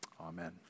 Amen